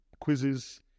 quizzes